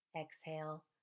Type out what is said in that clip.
exhale